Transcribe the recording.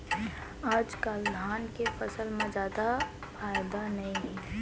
आजकाल धान के फसल म जादा फायदा नइये